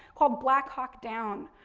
called black hawk down.